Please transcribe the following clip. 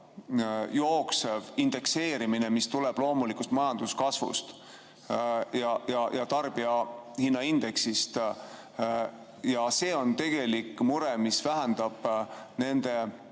jooksev indekseerimine, mis tuleb loomulikust majanduskasvust ja tarbijahinnaindeksist. See on tegelik mure, mis vähendab nende